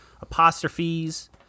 apostrophes